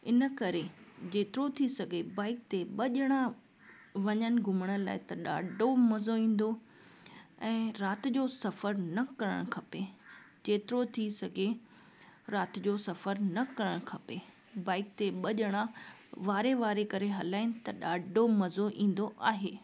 इन करे जेतिरो थी सघे बाइक ते ॿ ॼणा वञनि घुमण लाइ त ॾाढो मज़ो ईंदो ऐं राति जो सफ़र न करणु खपे जेतिरो थी सघे राति जो सफ़र न करणु खपे बाइक ते ॿ ॼणा वारे वारे करे हलाइन त ॾाढो मज़ो ईंदो आहे